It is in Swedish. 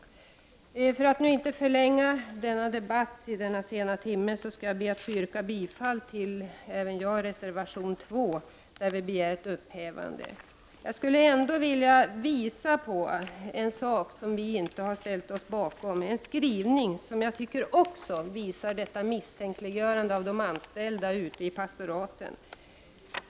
Jag skall inte förlänga debatten i denna sena timme. Jag vill bara yrka bifall till reservation 2 där vi begär att det tidigare beslutet upphävs. Jag skulle ändå vilja visa på en sak som vi inte ställt oss bakom. Det är en skrivning som jag tycker innebär ett misstänkliggörande av de anställda ute i pastoraten.